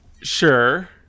Sure